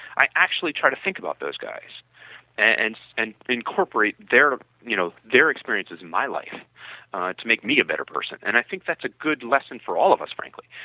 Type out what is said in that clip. i actually try to think about those guys and and incorporate their you know their experiences in my life to make me a better person. and i think that's a good lesson for all of us frankly.